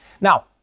Now